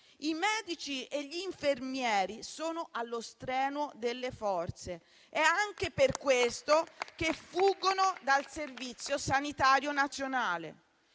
I medici e gli infermieri sono allo stremo delle forze. È anche per questo che fuggono dal Servizio sanitario nazionale.